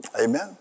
Amen